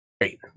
Great